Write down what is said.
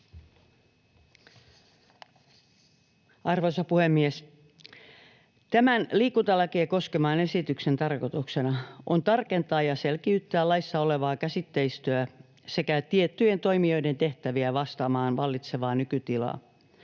Arvoisa puhemies! Tämän liikuntalakia koskevan esityksen tarkoituksena on tarkentaa ja selkiyttää laissa olevaa käsitteistöä sekä tiettyjen toimijoiden tehtäviä vastaamaan vallitsevaa nykytilaa.